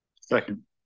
second